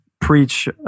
Preach